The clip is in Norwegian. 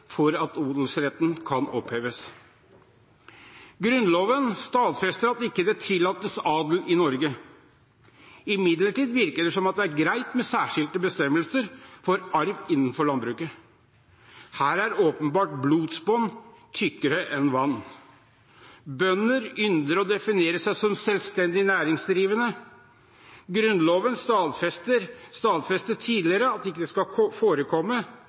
for at odelsretten kan oppheves. Grunnloven stadfester at det ikke tillates adel i Norge. Imidlertid virker det som om det er greit med særskilte bestemmelser for arv innen landbruket. Her er åpenbart blodsbånd tykkere enn vann. Bønder ynder å definere seg som selvstendig næringsdrivende. Grunnloven stadfestet tidligere at det ikke skal forekomme